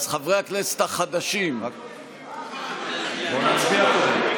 אז חברי הכנסת החדשים, רק בוא נצביע קודם.